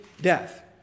death